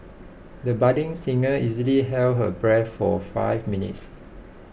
the budding singer easily held her breath for five minutes